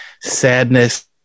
sadness